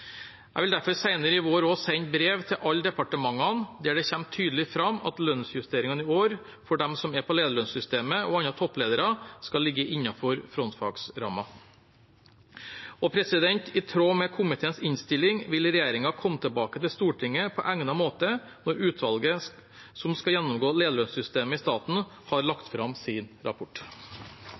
Jeg vil derfor senere i vår sende brev til alle departementene der det kommer tydelig fram at lønnsjusteringene i år for de som er i lederlønnssystemet, og andre toppledere, skal ligge innenfor frontfagsrammen. I tråd med komiteens innstilling vil regjeringen komme tilbake til Stortinget på egnet måte når utvalget som skal gjennomgå lederlønnssystemet i staten, har lagt fram sin rapport.